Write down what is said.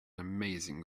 amazing